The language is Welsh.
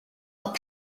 cofio